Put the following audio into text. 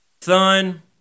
son